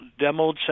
demoed